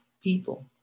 people